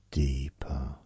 deeper